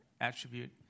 attribute